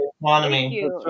economy